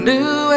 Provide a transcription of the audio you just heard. New